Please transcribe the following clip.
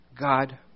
God